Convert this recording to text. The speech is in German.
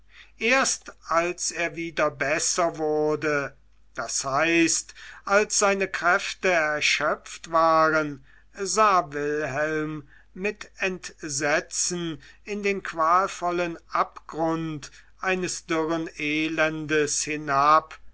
erst als er wieder besser wurde das heißt als seine kräfte erschöpft waren sah wilhelm mit entsetzen in den qualvollen abgrund eines dürren elendes hinab